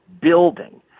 building